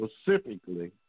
specifically